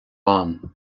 ann